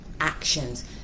actions